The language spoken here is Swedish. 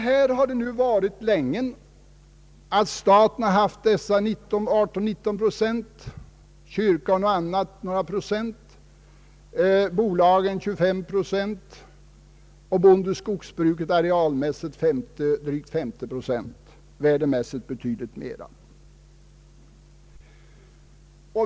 Det har länge varit så att staten haft 18—19 procent, kyrkan och andra några procent, bolagen 25 procent och bondeskogsbruket arealmässigt drygt 50 procent — värdemässigt betydligt mer.